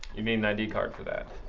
you need an id card for that.